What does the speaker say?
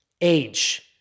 age